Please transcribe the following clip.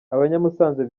abanyamusanze